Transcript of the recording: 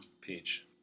Peach